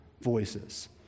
voices